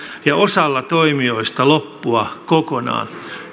ja osalla toimijoista loppua kokonaan